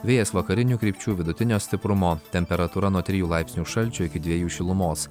vėjas vakarinių krypčių vidutinio stiprumo temperatūra nuo trijų laipsnių šalčio iki dviejų šilumos